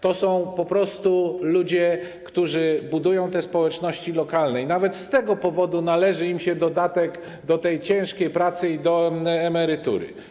To są po prostu ludzie, którzy budują te społeczności lokalne, i nawet z tego powodu należy im się dodatek do tej ciężkiej pracy i do emerytury.